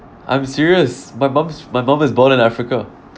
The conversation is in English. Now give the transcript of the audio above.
I'm serious my mom's my mom is born in africa